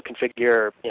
configure